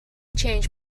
changed